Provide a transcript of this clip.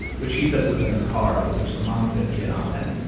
which he says was in his car, but which the mom said he had on him